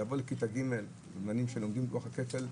לבוא לכיתה ג' בזמנים שלומדים את לוח הכפל.